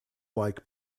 like